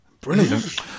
Brilliant